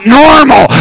normal